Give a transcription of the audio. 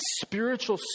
spiritual